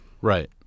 right